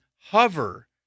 hover